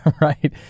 right